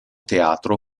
teatro